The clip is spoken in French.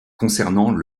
concernant